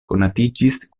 konatiĝis